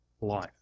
life